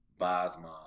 Bosma